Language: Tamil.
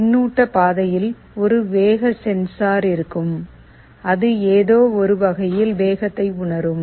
பின்னூட்ட பாதையில் ஒரு வேக சென்சார் இருக்கும் அது ஏதோ ஒரு வகையில் வேகத்தை உணரும்